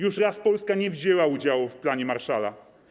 Już raz Polska nie wzięła udziału w planie Marshalla.